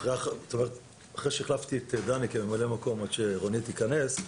אחרי שהחלפתי את דני כממלא מקום עד שרונית תיכנס,